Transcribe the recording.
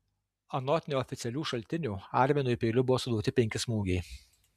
anot neoficialių šaltinių arminui peiliu buvo suduoti penki smūgiai